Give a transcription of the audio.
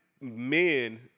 men